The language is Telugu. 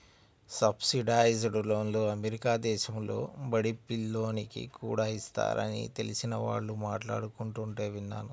సబ్సిడైజ్డ్ లోన్లు అమెరికా దేశంలో బడి పిల్లోనికి కూడా ఇస్తారని తెలిసిన వాళ్ళు మాట్లాడుకుంటుంటే విన్నాను